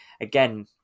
again